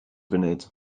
funud